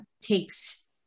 takes